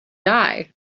die